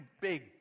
big